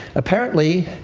apparently,